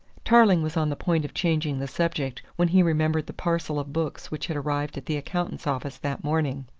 tarling was on the point of changing the subject when he remembered the parcel of books which had arrived at the accountant's office that morning.